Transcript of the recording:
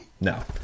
No